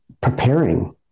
preparing